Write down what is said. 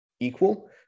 equal